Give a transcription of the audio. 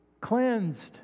cleansed